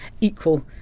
equal